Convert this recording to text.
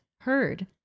heard